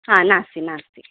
हा नास्ति नास्ति